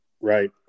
Right